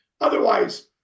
otherwise